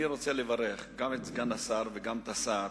אני רוצה לברך גם את סגן השר וגם את השר,